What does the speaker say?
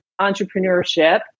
entrepreneurship